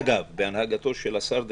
אגב בהנהגתו של השר דרעי.